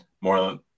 more